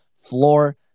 floor